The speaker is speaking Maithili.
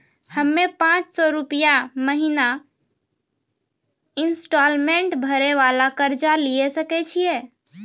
हम्मय पांच सौ रुपिया महीना इंस्टॉलमेंट भरे वाला कर्जा लिये सकय छियै?